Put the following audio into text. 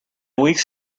weeks